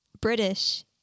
British